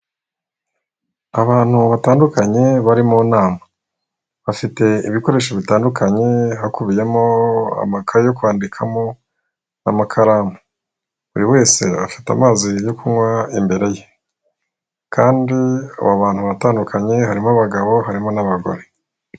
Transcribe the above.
Abantu batandunkanye bari mu nama, bafite ibikoresho bitandukanye hakubiyemo amakayi yo kwandikamo, amakaramu, buri wese afite amazi yo kunywa imbere ye kandi aba bantu baratandukanye harimo abagabo harimo n'abagore.